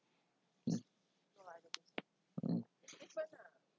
mm mm